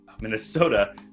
Minnesota